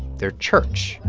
their church,